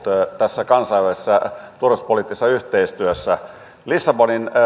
tässä kansainvälisessä turvallisuuspoliittisessa yhteistyössä lissabonin